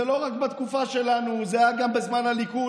זה לא רק בתקופה שלנו, זה היה גם בזמן הליכוד.